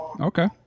okay